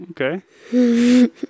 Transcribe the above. Okay